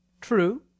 True